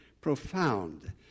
Profound